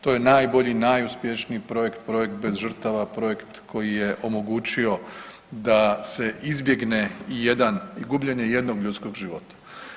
To je najbolji i najuspješniji projekt, projekt bez žrtava, projekt koji je omogućio da se izbjegne ijedan, gubljenje ijednog ljudskog života.